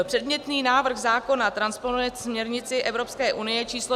Předmětný návrh zákona transponuje směrnici Evropské unie číslo 2015